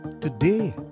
today